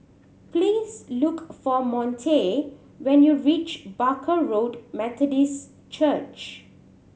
please look for Monte when you reach Barker Road Methodist Church